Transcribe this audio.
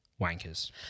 wankers